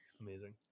Amazing